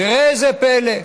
וראה זה פלא,